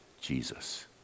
Jesus